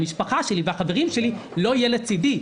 המשפחה שלי והחברים שלי לא יהיה לצדי.